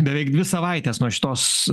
beveik dvi savaitės nuo šitos